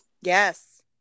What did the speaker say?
Yes